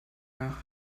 nach